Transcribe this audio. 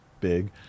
Big